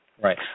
Right